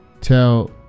tell